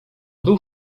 był